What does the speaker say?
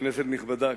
כנסת נכבדה,